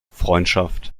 freundschaft